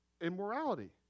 immorality